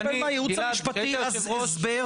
אפשר לקבל מהייעוץ המשפטי הסבר?